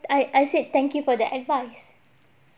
I I said thank you for the advice